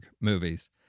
movies